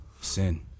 Sin